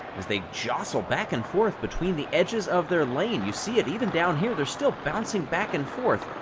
as they jostle back and forth between the edges of their lane. you see it even down here. they're still bouncing back and forth.